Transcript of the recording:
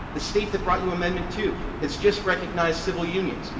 the state that brought you amendment two, has just recognized civil unions.